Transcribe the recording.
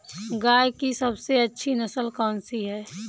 गाय की सबसे अच्छी नस्ल कौनसी है?